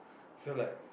so like